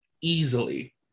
Easily